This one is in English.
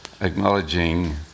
acknowledging